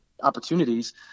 opportunities